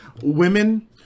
Women